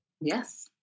Yes